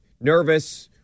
nervous